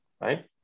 right